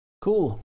cool